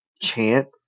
chance